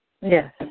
Yes